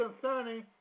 concerning